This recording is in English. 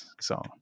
song